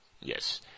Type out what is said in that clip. Yes